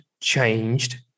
changed